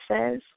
says